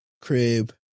Crib